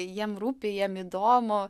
jiem rūpi jiem įdomu